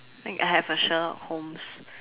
think I have a Sherlock-Holmes